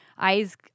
Eyes